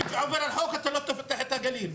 מי שעובר על החוק אתה לא תפתח את הגליל?